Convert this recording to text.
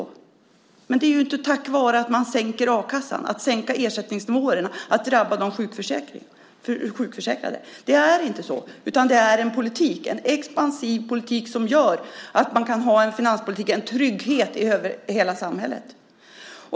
Men det är inte tack vare att man sänker a-kassan, sänker ersättningsnivåerna och låter de sjukförsäkrade drabbas. Det är inte så. Det är en expansiv politik som gör att man kan ha en finanspolitik, en trygghet i hela samhället.